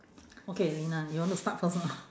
okay lina you want to start first or not